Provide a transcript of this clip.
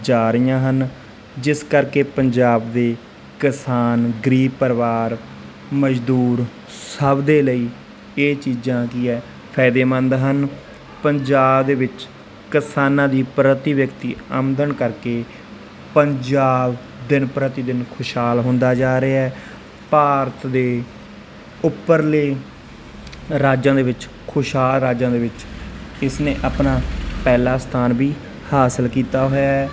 ਜਾ ਰਹੀਆਂ ਹਨ ਜਿਸ ਕਰਕੇ ਪੰਜਾਬ ਦੇ ਕਿਸਾਨ ਗਰੀਬ ਪਰਿਵਾਰ ਮਜ਼ਦੂਰ ਸਭ ਦੇ ਲਈ ਇਹ ਚੀਜ਼ਾਂ ਕੀ ਹੈ ਫਾਇਦੇਮੰਦ ਹਨ ਪੰਜਾਬ ਦੇ ਵਿੱਚ ਕਿਸਾਨਾਂ ਦੀ ਪ੍ਰਤੀ ਵਿਅਕਤੀ ਆਮਦਨ ਕਰਕੇ ਪੰਜਾਬ ਦਿਨ ਪ੍ਰਤੀ ਦਿਨ ਖੁਸ਼ਹਾਲ ਹੁੰਦਾ ਜਾ ਰਿਹਾ ਭਾਰਤ ਦੇ ਉੱਪਰਲੇ ਰਾਜਾਂ ਦੇ ਵਿੱਚ ਖੁਸ਼ਹਾਲ ਰਾਜਾਂ ਦੇ ਵਿੱਚ ਇਸ ਨੇ ਆਪਣਾ ਪਹਿਲਾ ਸਥਾਨ ਵੀ ਹਾਸਲ ਕੀਤਾ ਹੋਇਆ ਹੈ